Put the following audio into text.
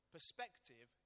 Perspective